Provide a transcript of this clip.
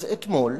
אז אתמול,